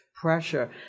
Pressure